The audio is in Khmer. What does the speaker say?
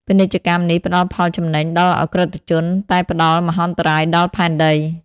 ពាណិជ្ជកម្មនេះផ្តល់ផលចំណេញដល់ឧក្រិដ្ឋជន តែផ្តល់មហន្តរាយដល់ផែនដី។